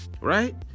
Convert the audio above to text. Right